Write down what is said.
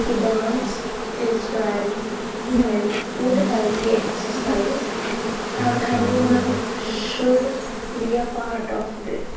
ਕਿ dance is very very good healthy exercise and everyone should be a part of this